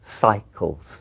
cycles